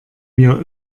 mir